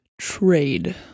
trade